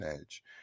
edge